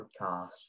podcast